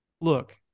look